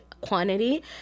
quantity